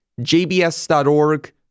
JBS.org